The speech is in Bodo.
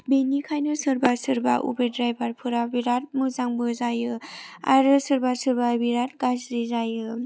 बेनिखायनो सोरबा सोरबा उबेर ड्रायभारफोरा बिराद मोजांबो जायो आरो सोरबा सोरबा बिराद गाज्रि जायो